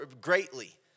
greatly